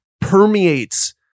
permeates